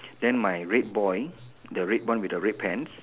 then my red boy the red one with the red pants